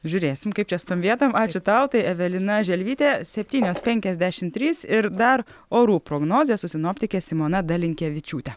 žiūrėsim kaip čia su tom vietom ačiū tau tai evelina želvytė septynios penkiasdešim trys ir dar orų prognozė su sinoptike simona dalinkevičiūte